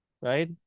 Right